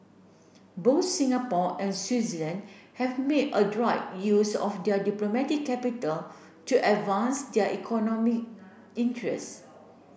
both Singapore and Switzerland have made adroit use of their diplomatic capital to advance their economic interest